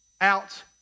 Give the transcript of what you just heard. out